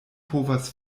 povas